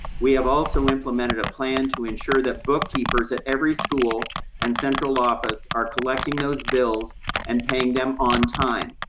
we have also implemented a plan to ensure that bookkeepers at every school and central office are collecting those bills and paying them on time.